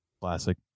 classic